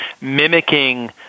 mimicking